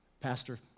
Pastor